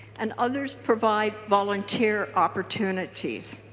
and others provide volunteer opportunities.